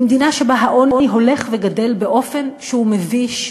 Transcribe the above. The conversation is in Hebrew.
במדינה שבה העוני הולך וגדל באופן שהוא מביש,